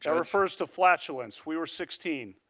yeah refers to flatulence. we were sixteen.